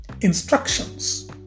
instructions